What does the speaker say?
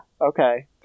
Okay